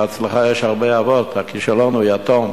להצלחה יש הרבה אבות, הכישלון הוא יתום.